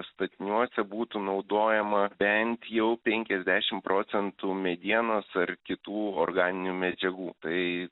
statiniuose būtų naudojama bent jau penkiasdešimt procentų medienos ar kitų organinių medžiagų tai